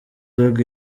dogg